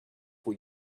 for